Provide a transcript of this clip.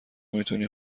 میتونی